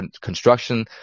construction